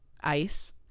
ice